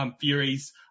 theories